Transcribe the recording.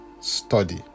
study